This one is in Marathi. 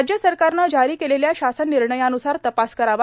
राज्य सरकारन जारी केलेल्या शासन निर्णयान्सार तपास करावा